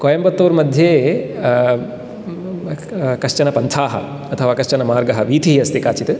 कोयम्बतूर्मध्ये कश्चन पन्थाः अथवा कश्चन मार्गः वीथिः अस्ति काचित्